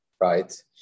right